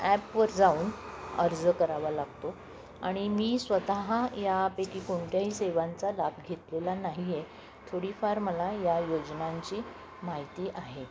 ॲपवर जाऊन अर्ज करावा लागतो आणि मी स्वतः यापैकी कोणत्याही सेवांचा लाभ घेतलेला नाही आहे थोडीफार मला या योजनांची माहिती आहे